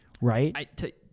right